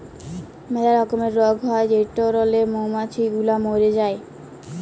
ম্যালা রকমের রগ হ্যয় যেটরলে মমাছি গুলা ম্যরে যায়